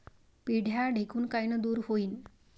पिढ्या ढेकूण कायनं दूर होईन?